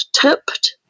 tipped